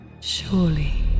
Surely